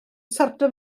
sortio